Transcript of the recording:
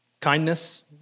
Kindness